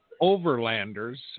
overlanders